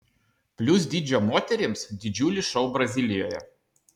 plius dydžio moterims didžiulis šou brazilijoje